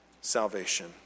salvation